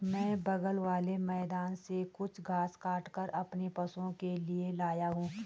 मैं बगल वाले मैदान से कुछ घास काटकर अपने पशुओं के लिए लाया हूं